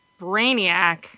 brainiac